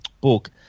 book